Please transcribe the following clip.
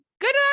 good